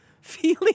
feeling